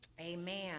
Amen